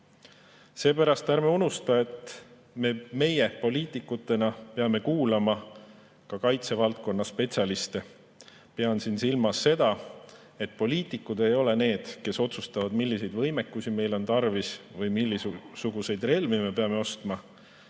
Seepärast ärme unustame, et meie poliitikutena peame kuulama ka kaitsevaldkonna spetsialiste. Pean siin silmas seda, et poliitikud ei ole need, kes otsustavad, milliseid võimekusi meil on tarvis või milliseid relvi me peame ostma.